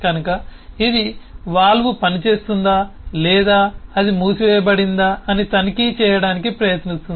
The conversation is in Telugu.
కనుక ఇది వాల్వ్ పనిచేస్తుందా లేదా అది మూసివేయబడిందా అని తనిఖీ చేయడానికి ప్రయత్నిస్తోంది